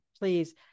please